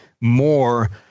more